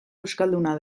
euskalduna